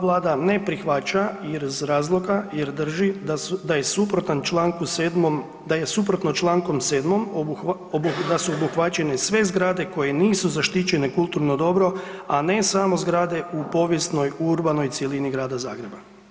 Vlada ne prihvaća iz razloga jer drži da je suprotan Članku 7., da je suprotno Člankom 7. da su obuhvaćene sve zgrade koje nisu zaštićene kulturno dobro, a ne samo zgrade u povijesnoj, urbanoj cjelini Grada Zagreba.